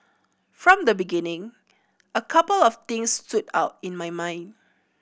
from the beginning a couple of things stood out in my mind